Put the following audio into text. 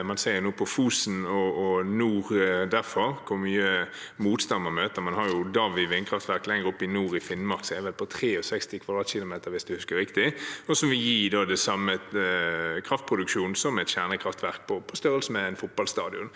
– man ser nå på Fosen og nordover derfra hvor mye motstand man møter. Man har Davvi vindkraftverk lenger oppe i nord, i Finnmark, som vel er på 63 km², hvis jeg husker riktig, og som gir samme kraftproduksjon som et kjernekraftverk på størrelse med en fotballstadion